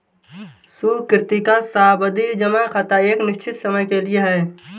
सुकृति का सावधि जमा खाता एक निश्चित समय के लिए है